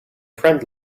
friend